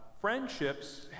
Friendships